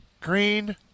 Green